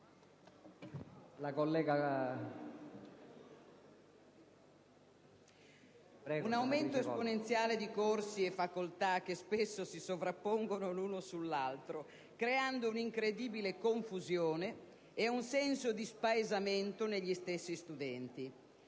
Un aumento esponenziale di corsi e facoltà che spesso si sovrappongono l'uno sull'altro, creando un'incredibile confusione e un senso di spaesamento negli stessi studenti.